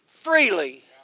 freely